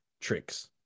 tricks